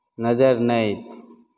नजरि नहि अयतै